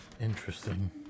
Interesting